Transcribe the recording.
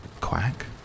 quack